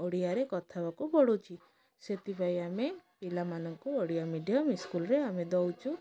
ଓଡ଼ିଆରେ କଥା ହେବାକୁ ପଡ଼ୁଛି ସେଥିପାଇଁ ଆମେ ପିଲାମାନଙ୍କୁ ଓଡ଼ିଆ ମିଡ଼ିୟମ ଇସ୍କୁଲରେ ଆମେ ଦେଉଛୁ